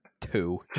Two